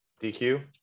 DQ